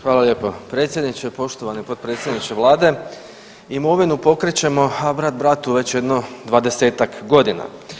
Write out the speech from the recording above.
Hvala lijepa predsjedniče, poštovani potpredsjedniče Vlade, imovinu pokrećemo, a brat bratu već jedno 20-tak godina.